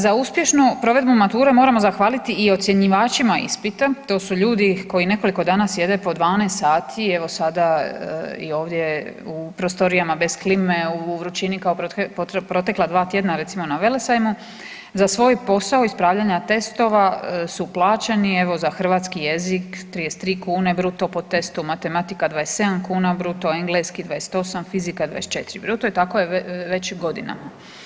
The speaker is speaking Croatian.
Za uspješnu provedbu mature, moramo zahvaliti i ocjenjivačima ispita, to su ljudi koji nekoliko dana sjede po 12 sati i evo sada i ovdje u prostorijama bez klime, u vrućini kao protekla dva tjedna, recimo na Velesajmu, za svoj posao ispravljanja testova su plaćeni i evo, za hrvatski jezik 33 kn bruto po testu, matematika 27 kn bruto, engleski 28, fizika 24 bruto i tako je već godinama.